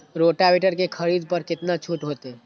Rotavator के खरीद पर केतना छूट होते?